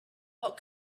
what